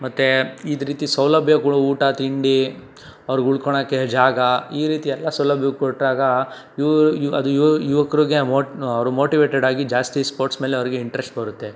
ಮತ್ತೆ ಇದ್ರೀತಿ ಸೌಲಭ್ಯಗಳು ಊಟ ತಿಂಡಿ ಅವರು ಉಳ್ಕೊಳ್ಳೋಕ್ಕೆ ಜಾಗ ಈ ರೀತಿ ಎಲ್ಲ ಸೌಲಭ್ಯ ಕೊಟ್ಟಾಗ ಅದು ಯುವಕರಿಗೆ ಮೋಟ್ ಅವರು ಮೋಟಿವೇಟೆಡ್ ಆಗಿ ಜಾಸ್ತಿ ಸ್ಪೋರ್ಟ್ಸ್ ಮೇಲೆ ಅವರಿಗೆ ಇಂಟ್ರೆಶ್ಟ್ ಬರುತ್ತೆ